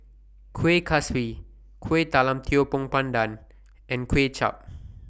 Kueh Kaswi Kuih Talam Tepong Pandan and Kuay Chap